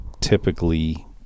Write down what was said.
typically